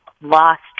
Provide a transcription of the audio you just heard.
lost